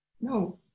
no